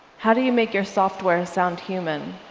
how do you make your software sound human?